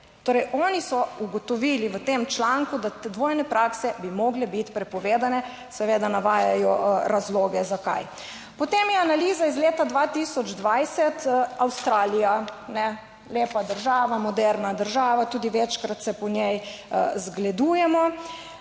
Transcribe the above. Torej oni so ugotovili v tem članku, da te dvojne prakse bi morale biti prepovedane. seveda navajajo razloge zakaj. Potem je analiza iz leta 2020. Avstralija ne lepa država, moderna država, tudi večkrat se po njej zgledujemo